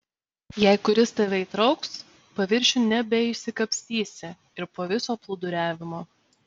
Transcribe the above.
jei kuris tave įtrauks paviršiun nebeišsikapstysi ir po viso plūduriavimo